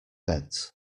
beds